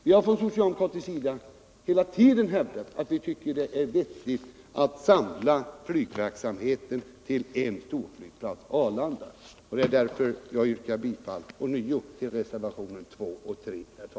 Vi har från socialdemokratiskt håll hela tiden hävdat, att det är vettigt att samla flygverksamheten till en storflygplats, Arlanda, och jag yrkar därför ånyo bifall till reservationerna 2 och 3.